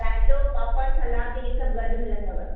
राइतो पापड़ सलाद इहे सभु गॾु मिलंदव